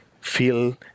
feel